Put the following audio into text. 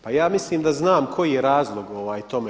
Pa ja mislim da znam koji je razlog tome.